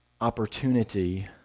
opportunity